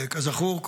שכזכור,